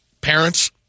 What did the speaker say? parents